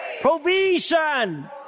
Provision